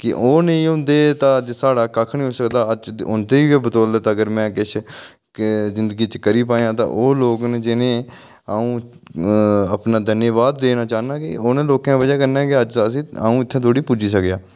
के ओह् निं होंदे तां अज्ज साढ़ा कक्ख निं होई सकदा अज्ज उं'दे गै बदोलत अगर में किश जिंदगी च करी पायां तां ओह् लोक न जि'नें अ'ऊं अ अपना धन्नवाद देना चाह्ंना कि उ'नें लोकें दी बजह कन्नै गै अज्ज अ'ऊं इत्थै तोह्ड़ी पुज्जी सकेआ